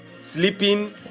sleeping